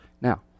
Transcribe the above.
Now